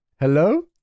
Hello